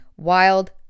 wild